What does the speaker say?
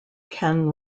ken